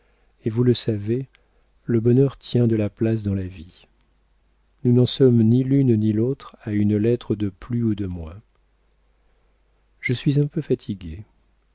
et vous le savez le bonheur tient de la place dans la vie nous n'en sommes ni l'une ni l'autre à une lettre de plus ou de moins je suis un peu fatiguée